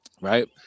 Right